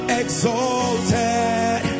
exalted